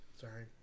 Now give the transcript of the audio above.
Sorry